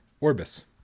Orbis